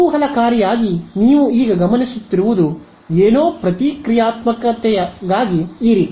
ಕುತೂಹಲಕಾರಿಯಾಗಿ ನೀವು ಈಗ ಗಮನಿಸುತ್ತಿರುವುದು ಏನೋ ಪ್ರತಿಕ್ರಿಯಾತ್ಮಕತೆಗಾಗಿ ಈ ರೀತಿ